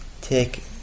take